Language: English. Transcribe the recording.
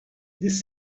this